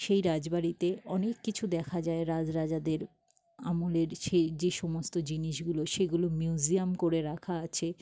সেই রাজবাড়িতে অনেক কিছু দেখা যায় রাজ রাজাদের আমাদের সেই যে সমস্ত জিনিসগুলো সেগুলো মিউজিয়াম করে রাখা আছে